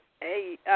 Hey